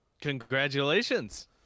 Congratulations